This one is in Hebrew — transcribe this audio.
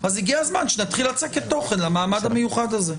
אז הגיע הזמן שנתחיל לצקת תוכן למעמד המיוחד הזה.